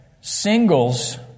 singles